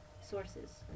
sources